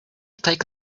take